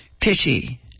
pity